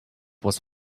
was